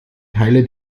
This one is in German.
teile